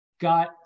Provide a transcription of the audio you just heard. got